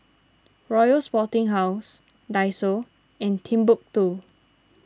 Royal Sporting House Daiso and Timbuk two